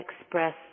express